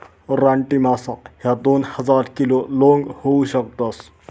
रानटी मासा ह्या दोन हजार किलो लोंग होऊ शकतस